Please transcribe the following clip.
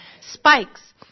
spikes